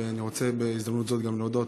ואני רוצה בהזדמנות זו גם להודות